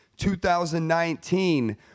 2019